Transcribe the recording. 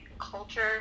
culture